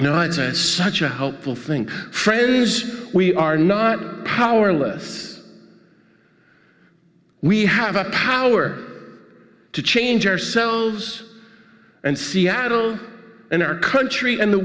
a such a helpful thing friends we are not powerless we have a power to change ourselves and seattle and our country and the